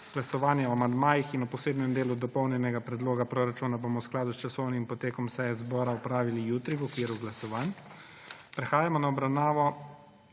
Glasovanje o amandmajih in o posebnem delu dopolnjenega predloga proračuna bomo v skladu s časovnim potekom seje Državnega zbora opravili jutri v okviru glasovanj. Prehajamo na obravnavo